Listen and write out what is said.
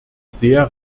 sehr